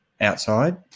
outside